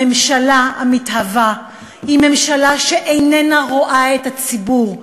הממשלה המתהווה היא ממשלה שאיננה רואה את הציבור.